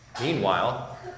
Meanwhile